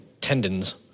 tendons